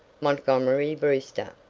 montgomery brewster.